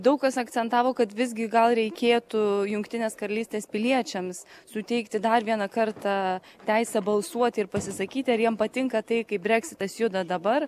daug kas akcentavo kad visgi gal reikėtų jungtinės karalystės piliečiams suteikti dar vieną kartą teisę balsuoti ir pasisakyti ar jiem patinka tai kaip breksitas juda dabar